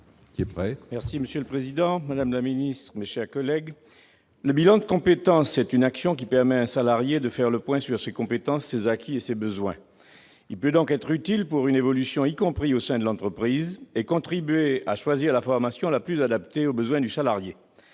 Magras, pour présenter l'amendement n° 245 rectifié. Le bilan de compétences est une action qui permet au salarié de faire le point sur ses compétences, ses acquis et ses besoins. Il peut donc être utile pour une évolution, y compris au sein de l'entreprise, en vue de contribuer à choisir la formation la plus adaptée aux besoins du salarié.